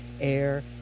air